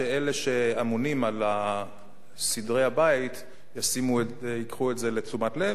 שאלה שאמונים על סדרי הבית ייקחו את זה לתשומת לב,